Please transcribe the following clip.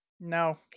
No